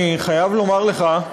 אני חייב לומר לך,